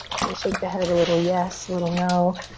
can shake the head a little yes, a little no.